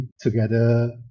together